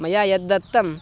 मया यद्दत्तं